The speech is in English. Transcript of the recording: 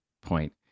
point